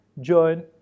join